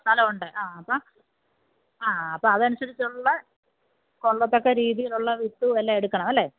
സ്ഥലമുണ്ട് ആ ആ അപ്പോൾ ആ ആ അപ്പോൾ അതനുസരിച്ചുള്ള കൊള്ളത്തക്ക രീതിയിലുള്ള വിത്തുകളെല്ലാം എടുക്കണം അല്ലേ